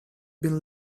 been